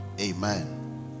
Amen